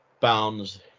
Bounds